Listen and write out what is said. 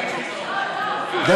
צאו כולם החוצה.